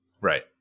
Right